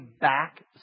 back